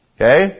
Okay